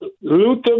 Luther